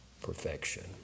perfection